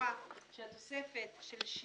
סבורה שהתוספת של היא